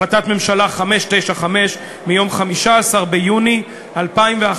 החלטת ממשלה מס' 595 מיום 15 ביוני 2011,